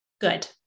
good